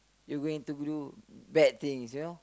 you going to do bad things you know